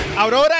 Aurora